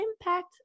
impact